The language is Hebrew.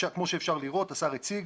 כמו שאפשר לראות, השר הציג,